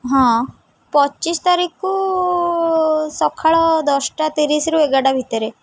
ହଁ ପଚିଶି ତାରିଖକୁ ସକାଳ ଦଶଟା ତିରିଶିରୁ ଏଗାରଟା ଭିତରେ